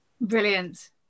Brilliant